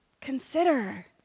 Consider